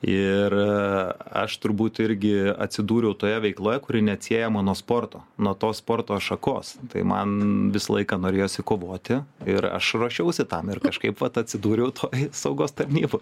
ir aš turbūt irgi atsidūriau toje veikloje kuri neatsiejama nuo sporto nuo tos sporto šakos tai man visą laiką norėjosi kovoti ir aš ruošiausi tam ir kažkaip vat atsidūriau toj saugos tarnyboj